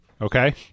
Okay